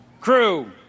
crew